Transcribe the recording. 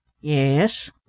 Yes